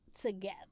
together